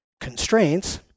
constraints